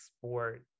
sport